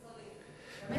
כמו שצריך.